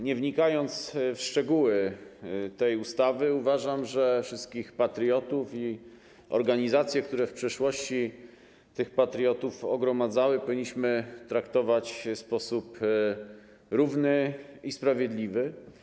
Nie wnikając w szczegóły tej ustawy, uważam, że wszystkich patriotów i organizacje, które w przeszłości tych patriotów gromadziły, powinniśmy traktować w sposób równy i sprawiedliwy.